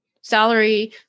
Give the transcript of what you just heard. salary